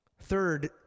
Third